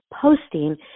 posting